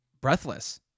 Breathless